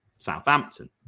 Southampton